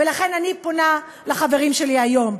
לכן אני פונה לחברים שלי היום: